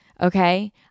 Okay